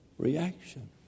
Reaction